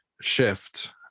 shift